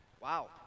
wow